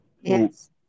yes